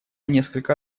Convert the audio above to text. несколько